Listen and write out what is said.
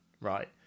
right